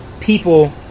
people